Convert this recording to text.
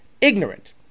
Ignorant